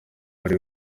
bari